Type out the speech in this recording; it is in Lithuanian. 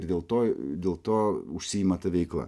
ir dėl to dėl to užsiima ta veikla